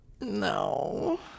No